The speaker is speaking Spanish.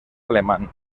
alemán